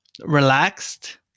relaxed